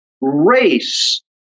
race